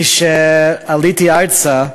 כשעליתי ארצה,